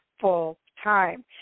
full-time